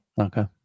Okay